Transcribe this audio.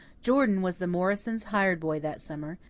jordan was the morrisons' hired boy that summer,